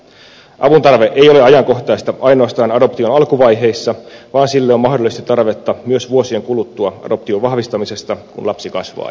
avun tarve ei ole ajankohtaista ainoastaan adoption alkuvaiheissa vaan sille on mahdollista tarvetta myös vuosien kuluttua adoption vahvistamisesta kun lapsi kasvaa ja kehittyy